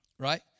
right